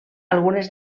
algunes